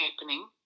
happening